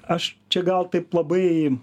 aš čia gal taip labai